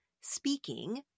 speaking